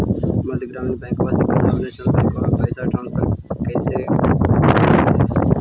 मध्य ग्रामीण बैंकवा से पंजाब नेशनल बैंकवा मे पैसवा ट्रांसफर कैसे करवैलीऐ हे?